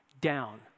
down